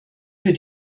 für